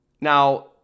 now